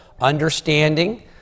understanding